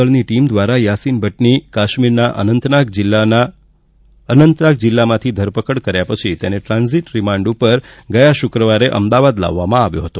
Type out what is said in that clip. દળની ટીમ દ્વારા યાસીન ભટની કાશ્મીરના અનંતનાગ જિલ્લામાં ધરપકડ કર્યા પછી તેને ટ્રાન્ઝીટ રીમાન્ડ ઉપર ગયા શુક્રવાર અમદાવાદ લાવવામાં આવ્યો હતો